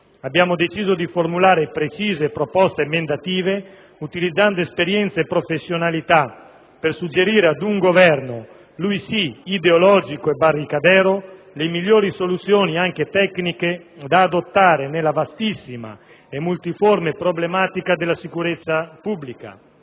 Abbiamo deciso di formulare precise proposte emendative, utilizzando esperienza e professionalità per suggerire ad un Governo, lui sì ideologico e "barricadero", le migliori soluzioni, anche tecniche, da adottare nella vastissima e multiforme problematica della sicurezza pubblica.